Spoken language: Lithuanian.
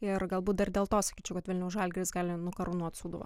ir galbūt dar dėl to sakyčiau kad vilniaus žalgiris gali nukarūnuot sūduvą